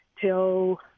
till